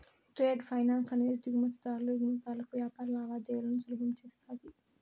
trade finance అనేది దిగుమతి దారులు ఎగుమతిదారులకు వ్యాపార లావాదేవీలను సులభం చేస్తది